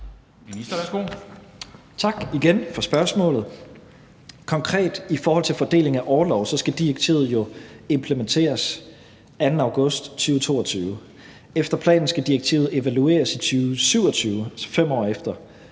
Tak igen for spørgsmålet. Konkret i forhold til fordeling af orlov skal direktivet jo implementeres den 2. august 2022. Efter planen skal direktivet evalueres i 2027, altså 5 år efter.